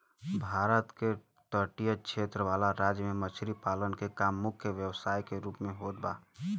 भारत के तटीय क्षेत्र वाला राज्य में मछरी पालन के काम मुख्य व्यवसाय के रूप में होत बा